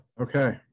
Okay